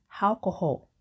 alcohol